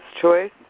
choice